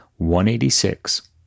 186